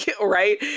right